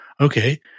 okay